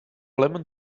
lemon